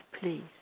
please